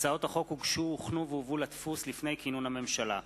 הצעת חוק זכויות למשרתים